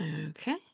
okay